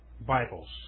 Bibles